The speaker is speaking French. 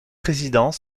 président